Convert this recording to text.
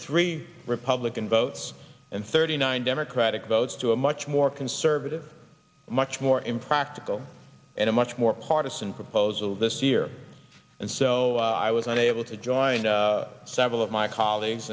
three republican votes and thirty nine democratic votes to a much more conservative much more impractical and a much more partisan proposal this year and so i was unable to join several of my colleagues